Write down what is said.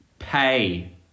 Pay